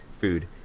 food